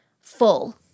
full